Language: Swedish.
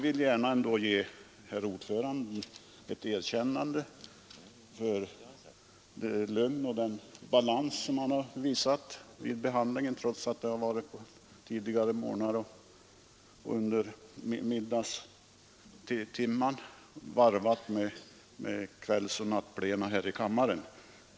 Vi får ge ett erkännande åt det lugn och den balans som herr ordföranden visat vid behandlingen, trots att det har varit tidiga morgnar och middagstimmen ofta tagits i anspråk, varvat med kvällsoch nattplena här i kammaren.